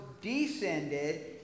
descended